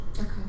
Okay